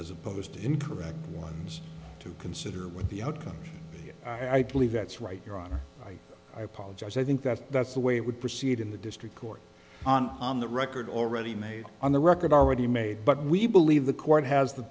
as opposed to incorrect ones to consider with the outcome i believe that's right your honor i apologize i think that that's the way it would proceed in the district court on on the record already made on the record already made but we believe the court has the